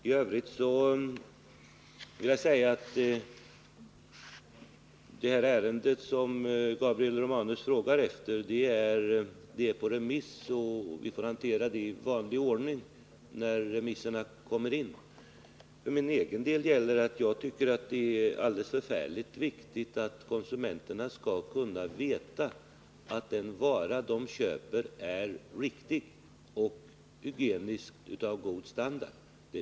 I övrigt vill jag säga att det ärende som Gabriel Romanus frågar efter är på remiss och att vi kommer att hantera det i vanlig ordning när remissvaren kommer in. För min egen del gäller att jag tycker det är förfärligt viktigt att konsumenterna får veta att den vara de köper är riktig, hygienisk och av god standard.